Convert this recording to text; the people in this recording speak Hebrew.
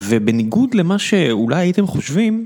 ובניגוד למה שאולי הייתם חושבים